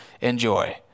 enjoy